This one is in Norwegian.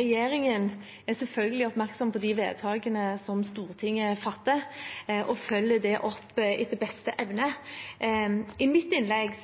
Regjeringen er selvfølgelig oppmerksom på de vedtakene som Stortinget fatter, og følger det opp etter beste evne. I mitt innlegg